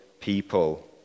people